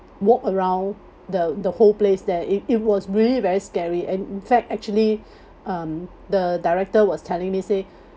walk around the the whole place that it it was really very scary and in fact actually um the director was telling me say